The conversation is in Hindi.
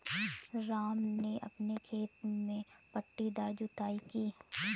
राम ने अपने खेत में पट्टीदार जुताई की